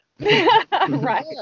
Right